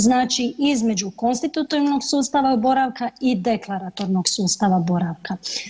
Znači, između konstitutivnog sustava boravka i deklaratornog sustava boravka.